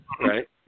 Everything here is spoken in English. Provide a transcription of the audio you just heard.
Right